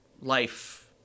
life